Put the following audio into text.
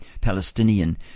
Palestinian